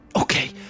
Okay